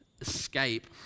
escape